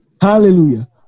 Hallelujah